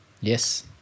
Yes